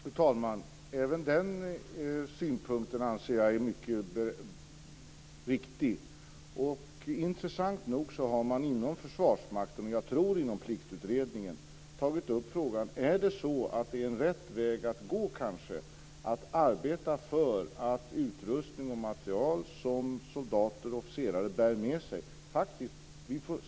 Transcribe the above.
Fru talman! Även den synpunkten anser jag är mycket riktig. Intressant nog så har man inom Försvarsmakten - och jag tror också inom Pliktutredningen - tagit upp frågan om ifall rätt väg att gå kanske är att arbeta för att få ned vikterna på utrustning och material som soldater och officerare bär med sig.